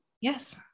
Yes